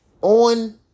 On